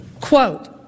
quote